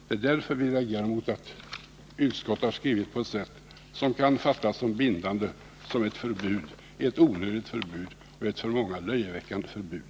Det är därför vi reagerar mot att utskottet har skrivit på ett sådant sätt att det kan uppfattas som bindande, som ett onödigt förbud och för många som ett löjeväckande förbud.